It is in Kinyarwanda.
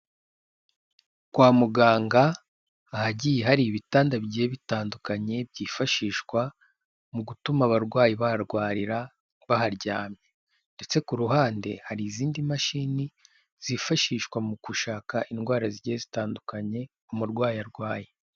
Kwa muganga ahagiye hari ibitanda bigiye bitandukanye byifashishwa, mu gutuma abarwayi baharwarira baharyamye ndetse ku ruhande hari izindi mashini zifashishwa mu gushaka indwara zigiye zitandukanye umurwayi arwaye.